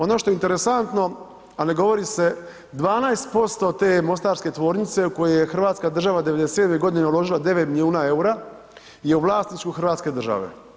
Ono što je interesantno, a ne govori se, 12% te mostarske tvornice u koju je hrvatska država 97. godine uložila 9 milijuna eura je u vlasništvu hrvatske države.